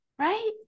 Right